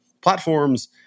platforms